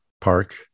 Park